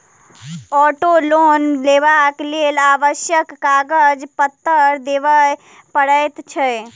auto loan लेबाक लेल आवश्यक कागज पत्तर देबअ पड़ैत छै